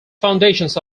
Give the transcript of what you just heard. foundations